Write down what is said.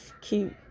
keep